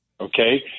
Okay